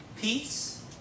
peace